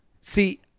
See